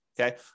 okay